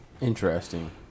Interesting